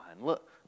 Look